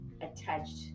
attached